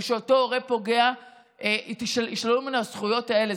ושמאותו הורה פוגע יישללו הזכויות האלה,